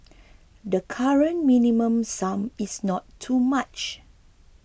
the current Minimum Sum is not too much